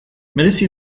merezi